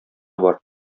бар